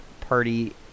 party